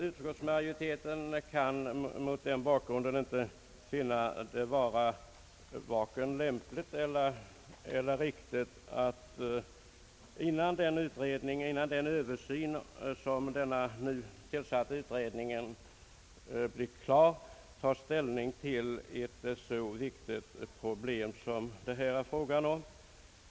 Utskottsmajoriteten kan därför inte finna det vare sig lämpligt eller riktigt att ta ställning, innan den utredningen blivit klar.